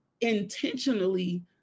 intentionally